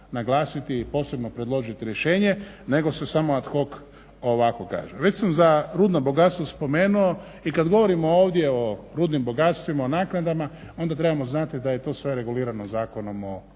naglasiti i posebno predložiti rješenje nego se samo ad hoc, ovako kažem. Već sam za rudno bogatstvo i kad govorimo ovdje o rudnim bogatstvima, o naknadama onda trebamo znati da je to sve regulirano Zakonom o